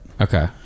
Okay